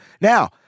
Now